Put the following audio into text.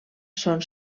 són